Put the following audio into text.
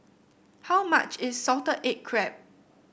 how much is Salted Egg Crab